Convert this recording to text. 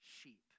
sheep